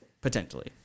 Potentially